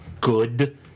good